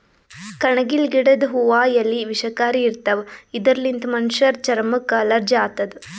ಕಣಗಿಲ್ ಗಿಡದ್ ಹೂವಾ ಎಲಿ ವಿಷಕಾರಿ ಇರ್ತವ್ ಇದರ್ಲಿನ್ತ್ ಮನಶ್ಶರ್ ಚರಮಕ್ಕ್ ಅಲರ್ಜಿ ಆತದ್